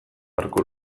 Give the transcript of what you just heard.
beharko